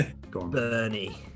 Bernie